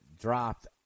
dropped